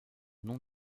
non